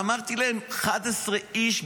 אמרתי להם: 11 איש,